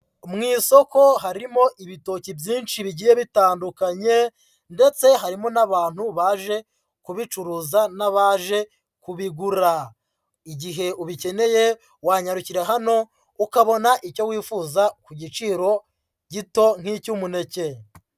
Mu isoko harimo ibitoki byinshi bigiye bitandukanye ndetse harimo n'abantu baje kubicuruza n'abaje kubigura. Igihe ubikeneye wanyarukira hano ukabona icyo wifuza ku giciro gito nk'icy'umunecye